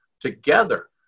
together